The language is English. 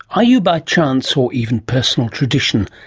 are you by chance, or even personal tradition,